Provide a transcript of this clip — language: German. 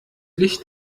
licht